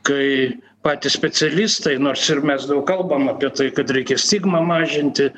kai patys specialistai nors ir mes daug kalbam apie tai kad reikia stigmą mažinti